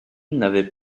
n’avait